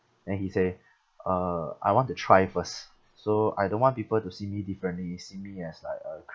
then he say uh I want to try first so I don't want people to see me differently see me as like a